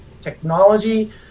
technology